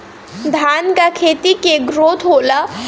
धान का खेती के ग्रोथ होला?